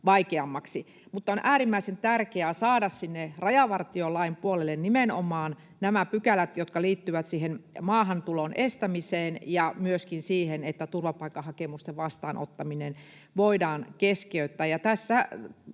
vaikeammaksi. Mutta on äärimmäisen tärkeää saada sinne rajavartiolain puolelle nimenomaan nämä pykälät, jotka liittyvät siihen maahantulon estämiseen ja myöskin siihen, että turvapaikkahakemusten vastaanottaminen voidaan keskeyttää,